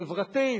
חברתית,